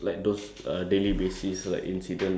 ya I think that's the only thing I can think of